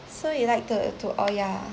so you like to to all ya